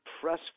press